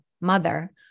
mother